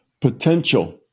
potential